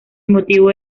motivo